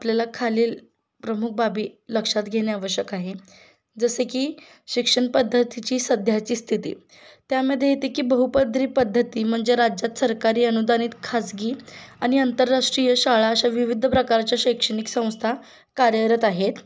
आपल्याला खालील प्रमुख बाबी लक्षात घेणे आवश्यक आहे जसे की शिक्षणपद्धतीची सध्याची स्थिती त्यामध्ये येते की बहुपदरी पद्धती म्हणजे राज्यात सरकारी अनुदानित खासगी आणि आंतरराष्ट्रीय शाळा अशा विविध प्रकारच्या शैक्षणिक संस्था कार्यरत आहेत